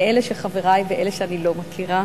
לאלה שחברי ולאלה שאני לא מכירה,